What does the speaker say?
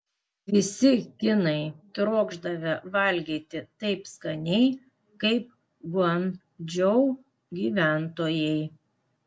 visi kinai trokšdavę valgyti taip skaniai kaip guangdžou gyventojai